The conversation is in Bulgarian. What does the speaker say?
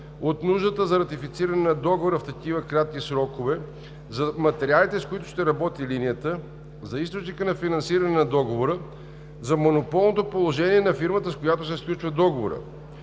от нуждата за ратифициране на договора в такива кратки срокове, за материалите, с които ще работи линията, за източника на финансиране на договора, за монополното положение на фирмата, с която се сключва договорът.